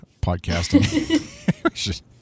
podcasting